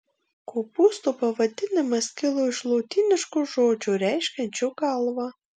kopūsto pavadinimas kilo iš lotyniško žodžio reiškiančio galvą